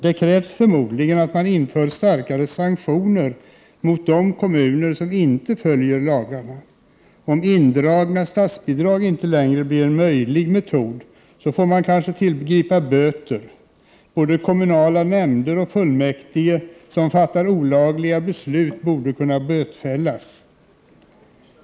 Det krävs förmodligen att man inför starkare sanktioner mot de kommuner som inte följer lagarna. Om indragna statsbidrag inte längre blir en möjlig metod, får man förmodligen tillgripa böter. Både kommunala nämnder och kommunfullmäktige som fattar olagliga beslut borde kunna bötfällas.